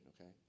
okay